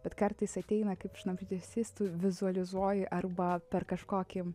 bet kartais ateina kaip šnabždesys tu vizualizuoji arba per kažkokį